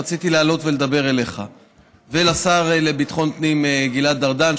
רציתי לעלות ולדבר אליך ואל השר לביטחון הפנים גלעד ארדן,